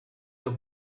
your